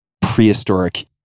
prehistoric